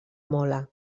mola